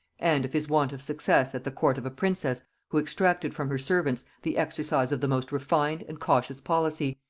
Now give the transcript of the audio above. and of his want of success at the court of a princess who exacted from her servants the exercise of the most refined and cautious policy,